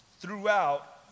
throughout